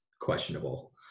questionable